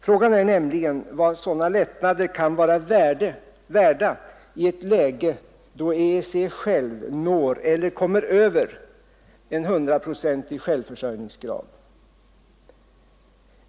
Frågan är nämligen vad sådana lättnader kan vara värda i ett läge då EEC själv når eller kommer över 100-procentig självförsörjning.